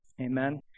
Amen